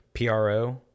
PRO